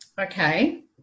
Okay